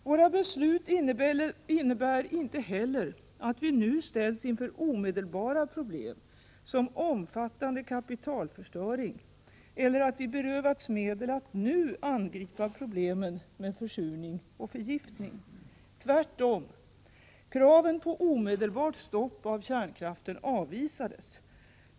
Våra beslut innebär inte heller att vi nu ställs inför omedelbara problem som omfattande kapitalförstöring eller att vi berövats medel att nu angripa problemen med försurning och förgiftning. Tvärtom. Kraven på omedelbart stopp av kärnkraften avvisades.